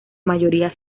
mayoría